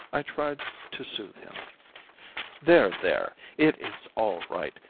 i tried to soothe him there, there! it is all right.